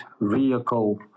vehicle